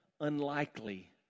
unlikely